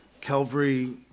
Calvary